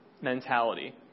mentality